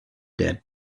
that